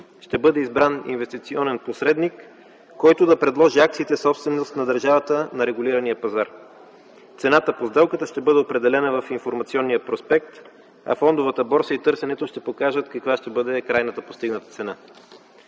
ще бъде избран инвестиционен посредник, който да предложи акциите, собственост на държавата, на регулирания пазар. Цената по сделката ще бъде определена в информационния проспект, а Фондовата борса и търсенето ще покажат каква ще бъде крайната постигната цена.